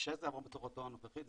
כשזה יעבור בצורתו הנוכחית,